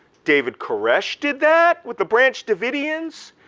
david koresh did that with the branch davidians.